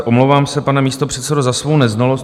Omlouvám se, pane místopředsedo, za svou neznalost.